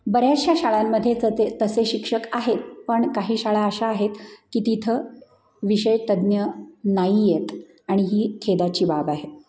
बऱ्याचशा शाळांमध्ये च ते तसे शिक्षक आहेत पण काही शाळा अशा आहेत की तिथं विषय तज्ज्ञ नाही आहेत आणि ही खेदाची बाब आहे